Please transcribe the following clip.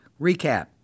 recap